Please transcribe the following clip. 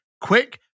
quick